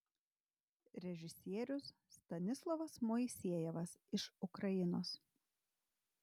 režisierius stanislovas moisejevas iš ukrainos